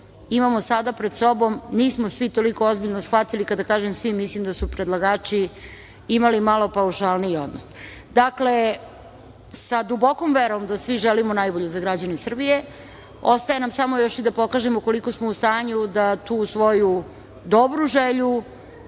imamo sada pred sobom, nismo svi toliko ozbiljno shvatili kada kažem svi, mislim da su predlagači imali malo paušalniji odnos. Dakle, sa dubokom verom da svi želimo najbolje za građane Srbije, ostaje nam sama još i da pokažemo koliko smo u stanju da tu svoju dobru želju,